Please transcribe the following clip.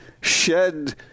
shed